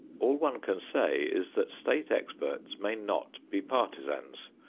all one can say is that state experts may not be partisans,